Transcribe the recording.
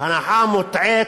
הנחה מוטעית,